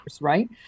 right